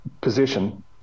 position